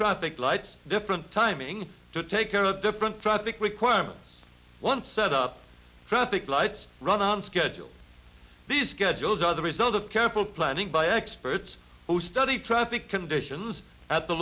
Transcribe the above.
traffic lights different timing to take care of different traffic requirements one set up traffic lights run on schedule these schedules are the result of careful planning by experts who study traffic conditions at the